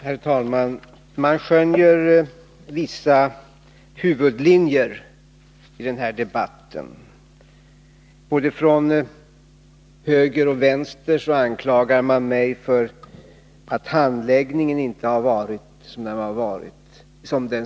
Herr talman! Jag skönjer vissa huvudlinjer i denna debatt. Från både höger och vänster anklagar man mig för att handläggningen inte varit som den skulle.